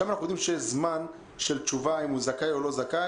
שם אנחנו יודעים שיש זמן של תשובה אם הוא זכאי או לא זכאי,